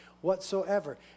whatsoever